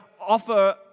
offer